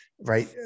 right